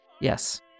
Yes